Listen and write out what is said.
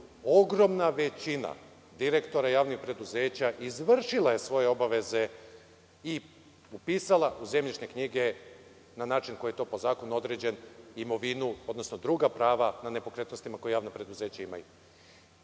ogromna većina direktora javnih preduzeća izvršila je svoje obaveze i upisala u zemljišne knjige na način koji je to po zakonu određena imovina, odnosno druga prava na nepokretnostima koja javna preduzeća imaju.